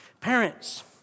Parents